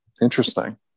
Interesting